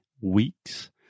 weeks